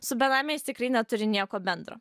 su benamiais tikrai neturi nieko bendro